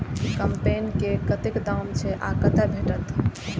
कम्पेन के कतेक दाम छै आ कतय भेटत?